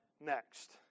next